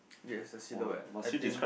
ya a silhouette